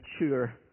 mature